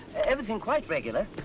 everything quite regular.